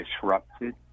disrupted